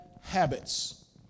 habits